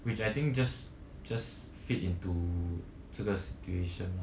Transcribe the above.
which I think just just fit into 这个 situation lah